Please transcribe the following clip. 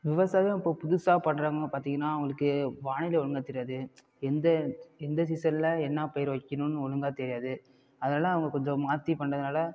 விவசாயம் இப்போ புதுசாக பண்ணுறாங்க பார்த்திங்கனா அவங்களுக்கு வானிலை ஒழுங்கா தெரியாது எந்த எந்த சீசனில் என்ன பயிரை வைக்கணுன்னு ஒழுங்கா தெரியாது அதனால் அவங்க கொஞ்சம் மாற்றி பண்ணுறதுனால